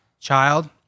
child